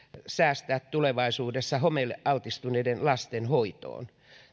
säästää tulevaisuudessa homeelle altistuneiden lasten hoitoon